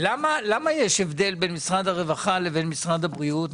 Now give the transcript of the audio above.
למה יש הבדל בין משרד הרווחה לבין משרד הבריאות,